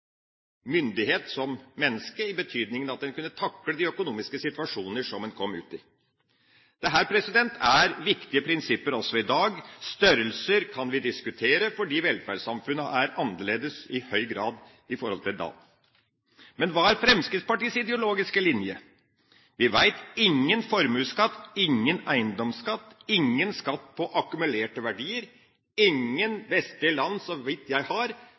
myndighet som menneske, i betydningen at en kunne takle de økonomiske situasjoner som en kom opp i. Dette er viktige prinsipper også i dag. Størrelser kan vi diskutere fordi velferdssamfunnet i høy grad er annerledes enn den gang. Men hva er Fremskrittspartiets ideologiske linje? Vi vet: ingen formuesskatt, ingen eiendomsskatt og ingen skatt på akkumulerte verdier. Ingen vestlige land, så vidt jeg vet, har